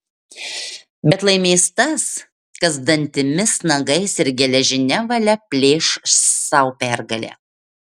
bet laimės tas kas dantimis nagais ir geležine valia plėš sau pergalę